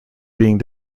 being